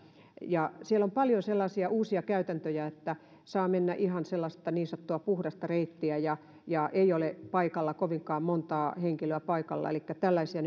siellä on paljon sellaisia uusia käytäntöjä että saa mennä ihan sellaista niin sanottua puhdasta reittiä ja ja ei ole paikalla kovinkaan montaa henkilöä elikkä tällaisia